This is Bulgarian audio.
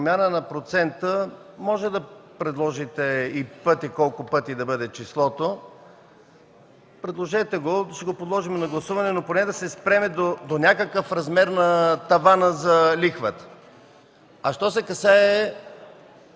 Предложете го, ще го подложим на гласуване, но поне да се спрем до някакъв размер на тавана за лихвата.